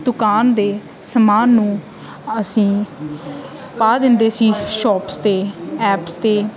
ਦੁਕਾਨ ਦੇ ਸਮਾਨ ਨੂੰ ਅਸੀਂ ਪਾ ਦਿੰਦੇ ਸੀ ਸ਼ੋਪਸ 'ਤੇ ਐਪਸ 'ਤੇ